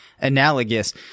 analogous